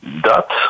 dot